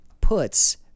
Puts